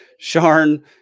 Sharn